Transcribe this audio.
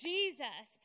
Jesus